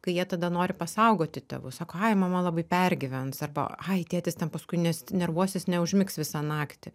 tai jie tada nori pasaugoti tėvus o ką jei mama labai pergyvens arba ai tėtis ten paskui ne nervuosis neužmigs visą naktį